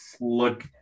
look